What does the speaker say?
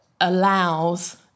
allows